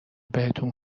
بهتون